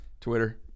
Twitter